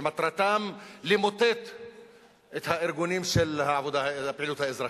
שמטרתם למוטט את הארגונים של הפעילות האזרחית.